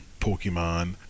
Pokemon